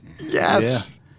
Yes